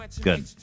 good